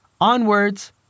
Onwards